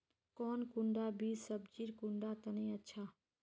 कौन कुंडा बीस सब्जिर कुंडा तने अच्छा?